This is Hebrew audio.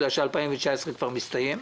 בגלל ששנת 2019 כבר מסתיימת.